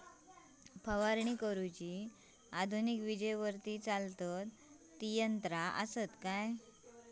फवारणी करुची आधुनिक विजेवरती चलतत ती यंत्रा आसत काय?